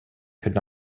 could